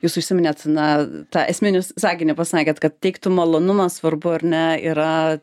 jūs užsiminėt na tą esminius sakinį pasakėt kad teiktų malonumą svarbu ar ne yra